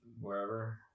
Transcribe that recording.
wherever